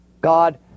God